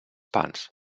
pans